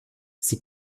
sie